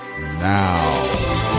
now